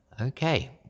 okay